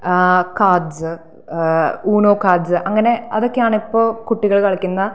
cards Uno cards അങ്ങന്നെ അതൊക്കെയാണ് ഇപ്പം കുട്ടികൾ കളിക്കുന്ന